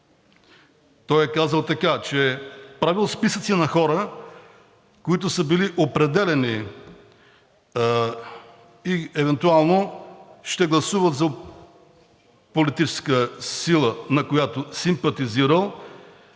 Той е казал така, че е правил списъци на хора, които са били определяни и евентуално ще гласуват за политическа сила, на която симпатизирал